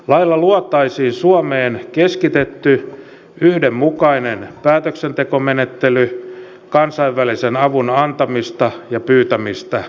lailla luotaisiin suomeen keskitetty yhdenmukainen päätöksentekomenettely kansainvälisen avun antamista ja pyytämistä varten